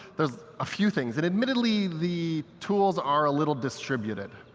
there's a few things. and admittedly, the tools are a little distributed.